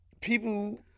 people